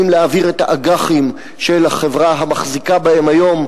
להעביר את האג"חים של החברה המחזיקה בהם היום,